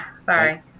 Sorry